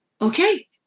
okay